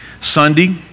sunday